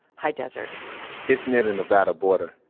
high desert it's near the nevada border,